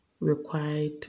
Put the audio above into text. required